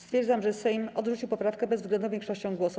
Stwierdzam, że Sejm odrzucił poprawkę bezwzględną większością głosów.